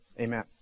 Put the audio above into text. Amen